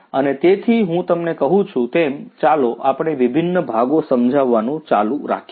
અને તેથી હું તમને કહું છું તેમ ચાલો આપણે વિભિન્ન ભાગો સમજાવવાનું ચાલુ રાખીએ